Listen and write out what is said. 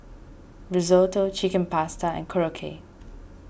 Risotto Chicken Pasta Korokke